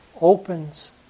opens